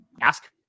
ask